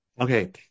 okay